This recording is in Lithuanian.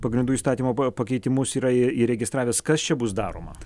pagrindų įstatymo pakeitimus yra įregistravęs kas čia bus daroma